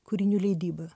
kūrinių leidyba